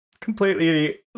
completely